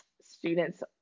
students